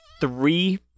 three-